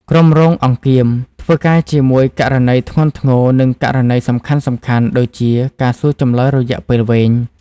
ក្រុមរងអង្គៀម ធ្វើការជាមួយ ករណីធ្ងន់ធ្ងរ និងករណីសំខាន់ៗ ដូចជាការសួរចម្លើយរយៈពេលវែង។